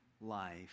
life